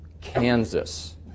Kansas